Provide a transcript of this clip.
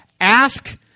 ask